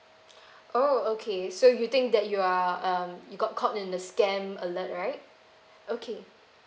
oh okay so you think that you are um you got caught in a scam alert right okay